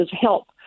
help